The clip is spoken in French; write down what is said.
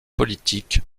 politiques